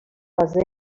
تازه